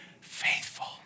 faithful